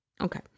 Okay